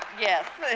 yes.